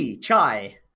chai